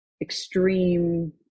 extreme